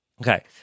Okay